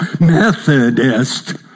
Methodist